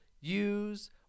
use